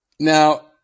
Now